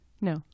No